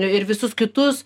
ir visus kitus